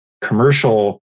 commercial